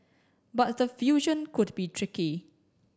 but the fusion could be tricky